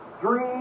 three